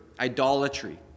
idolatry